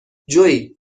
جویی